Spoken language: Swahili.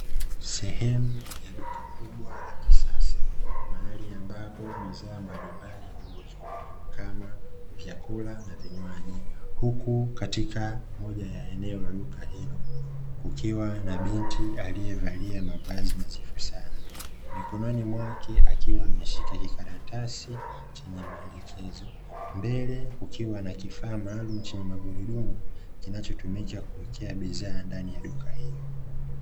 Sehemu ya duka kubwa la kisasa, mahali ambapo bidhaa mbalimbali huuzwa, kama; vyakula na vinywaji, huku katika moja ya eneo ya duka hilo kukiwa na binti aliyevalia mavazi nadhifu sana, mikononi mwake akiwa ameshika kikaratasi chenye maelekezo, mbele kukikwa na kifaa maluumu chenye magurudumu, kinachotumika kuwekea bidhaa ndani ya duka hilo.